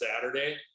saturday